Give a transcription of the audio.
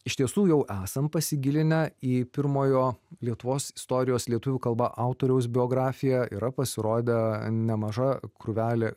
iš tiesų jau esam pasigilinę į pirmojo lietuvos istorijos lietuvių kalba autoriaus biografiją yra pasirodę nemaža krūvelė